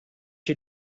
you